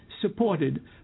supported